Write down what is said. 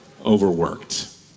overworked